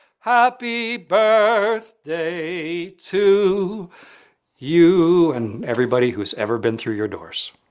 happy birthday to you and everybody who's ever been through your doors.